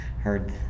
heard